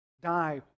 die